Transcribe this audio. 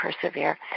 persevere